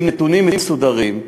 עם נתונים מסודרים.